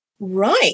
Right